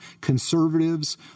conservatives